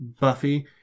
Buffy